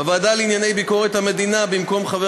בוועדה לענייני ביקורת המדינה: במקום חבר